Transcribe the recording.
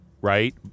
right